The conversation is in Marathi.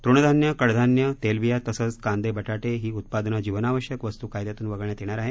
तुणधान्य कडधान्यतेलबिया तसंच कांदेबटाटे ही उत्पादनं जीवनावश्यकवस्तू कायद्यातून वगळण्यात येणार आहेत